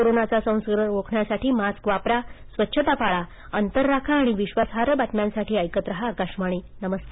कोरोनाचा संसर्ग रोखण्यासाठी मास्क वापरा स्वच्छता पाळा अंतर राखा आणि विश्वासार्ह बातम्यांसाठी ऐकत रहा आकाशवाणी नमस्कार